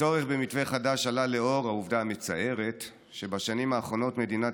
הצורך במתווה חדש עלה לנוכח העובדה המצערת שבשנים האחרונות מדינת